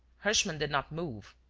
herschmann did not move.